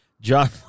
John